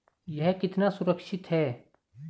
यह कितना सुरक्षित है?